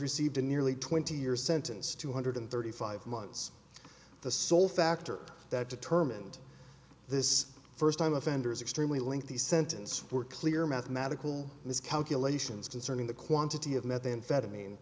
received a nearly twenty year sentence two hundred thirty five months the sole factor that determined this first time offenders extremely lengthy sentence were clear mathematical miscalculations concerning the quantity of methamphetamine